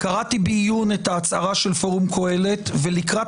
קראתי בעיון את ההצהרה של פורום קהלת ולקראת